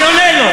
אני עונה לו.